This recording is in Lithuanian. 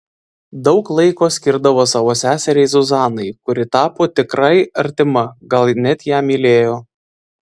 daug laiko skirdavo savo seseriai zuzanai kuri tapo tikrai artima gal net ją mylėjo